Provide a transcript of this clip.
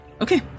Okay